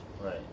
Right